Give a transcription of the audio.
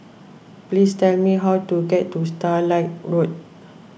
please tell me how to get to Starlight Road